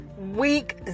week